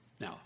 Now